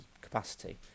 capacity